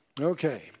Okay